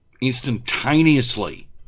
Instantaneously